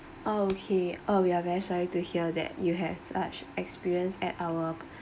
ah okay uh we are very sorry to hear that you had such experience at our